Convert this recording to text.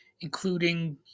including